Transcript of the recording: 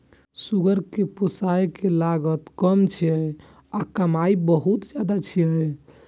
सुअर कें पोसय के लागत कम छै आ कमाइ बहुत ज्यादा छै